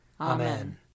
Amen